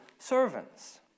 Servants